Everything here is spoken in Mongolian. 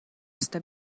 ёстой